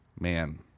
Man